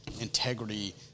integrity